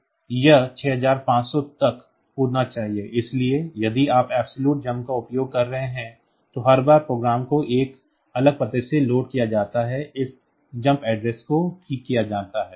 तो यह 6500 तक कूदना चाहिए इसलिए यदि आप absolute jump का उपयोग कर रहे हैं तो हर बार प्रोग्राम को एक अलग पते से लोड किया जाता है इस jump address को ठीक किया जाना है